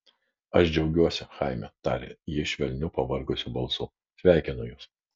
aš džiaugiuosi chaime tarė ji švelniu pavargusiu balsu sveikinu jus